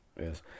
Yes